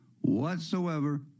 Whatsoever